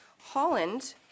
Holland